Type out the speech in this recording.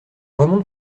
remonte